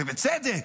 ובצדק.